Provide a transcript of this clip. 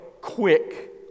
quick